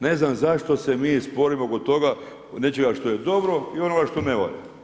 Ne znam zašto se mi sporimo oko toga, nečega što je dobro i onoga što ne valja.